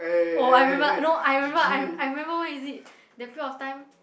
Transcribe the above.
oh I remember no I remember I re~ I remember when is it that period of time